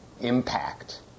impact